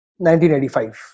1985